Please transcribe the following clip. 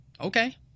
Okay